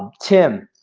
tim.